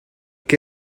que